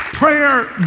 prayer